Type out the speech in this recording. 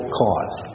cause